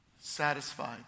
satisfied